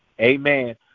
amen